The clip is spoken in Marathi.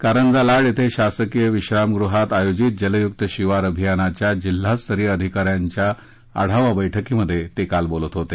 कारंजा लाड इथं शासकीय विश्रामगृहात आयोजित जलयुक्त शिवार अभियानाच्या जिल्हास्तरीय अधिकाऱ्यांच्या आढावा बस्क्रीत ते काल बोलत होते